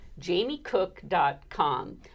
jamiecook.com